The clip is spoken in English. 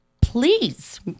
please